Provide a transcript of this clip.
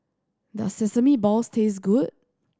does sesame balls taste good